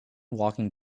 walking